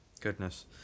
Goodness